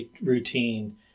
routine